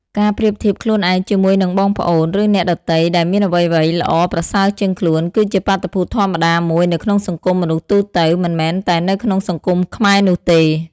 ការប្រៀបធៀបខ្លួនឯងជាមួយនឹងបងប្អូន ឬអ្នកដទៃដែលមានអ្វីៗល្អប្រសើរជាងខ្លួន គឺជាបាតុភូតធម្មតាមួយនៅក្នុងសង្គមមនុស្សទូទៅ មិនមែនតែនៅក្នុងសង្គមខ្មែរនោះទេ។